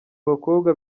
abakobwa